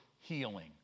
healing